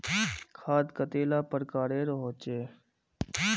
खाद कतेला प्रकारेर होचे?